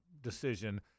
decision